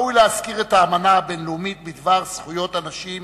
להזכיר את האמנה הבין-לאומית בדבר זכויות אנשים